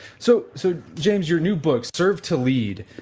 so so, james your new book serve to lead,